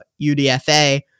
UDFA